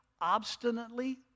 obstinately